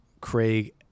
craig